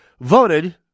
voted